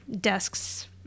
desks